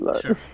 Sure